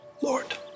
Lord